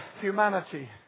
humanity